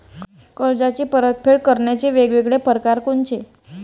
कर्जाची परतफेड करण्याचे वेगवेगळ परकार कोनचे?